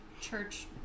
church